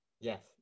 Yes